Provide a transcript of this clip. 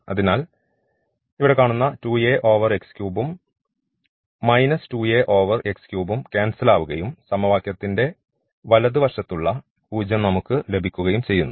അതിനാൽ ഇവിടെ കാണുന്ന ഉം ഇവിടെ ഉം ക്യാൻസൽ ആവുകയും സമവാക്യത്തിന്റെ വലതുവശത്തുള്ള 0 നമുക്ക് ലഭിക്കുകയും ചെയ്യുന്നു